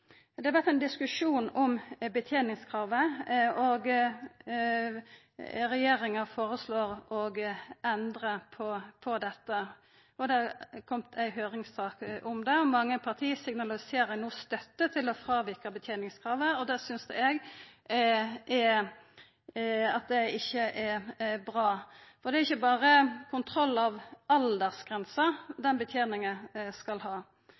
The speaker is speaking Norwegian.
Det har vore ein diskusjon om beteningskravet, og regjeringa føreslår å endra på dette. Det har òg kome ei høyringssak om det. Mange parti signaliserer no støtte til å fråvika beteningskravet, og det synest eg ikkje er bra. For beteninga skal ikkje berre ha kontroll med aldersgrensa, dei skal